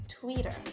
Twitter